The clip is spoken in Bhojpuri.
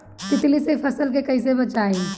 तितली से फसल के कइसे बचाई?